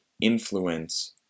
influence